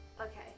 Okay